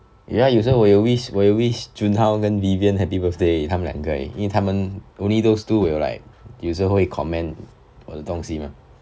ya 有时候我有 wish 我有 wish jun hao 跟 vivian happy birthday 而已他们两个而已因为他们 only those two will like 有时会 comment 我的东西 mah